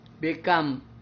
become